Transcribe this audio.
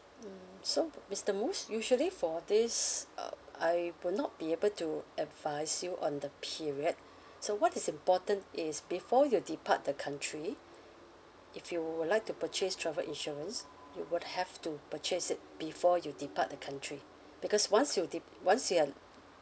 mm so mister mosse usually for this uh I will not be able to advise you on the period so what is important is before you depart the country if you would like to purchase travel insurance you would have to purchase it before you depart the country because once you de~ once you have